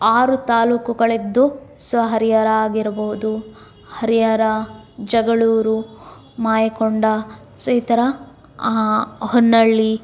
ಆರು ತಾಲೂಕುಗಳಿದ್ದು ಸೊ ಹರಿಹರ ಆಗಿರಬೋದು ಹರಿಹರ ಜಗಳೂರು ಮಾಯಕೊಂಡ ಸೊ ಈ ಥರ ಹೊನ್ನಳ್ಳಿ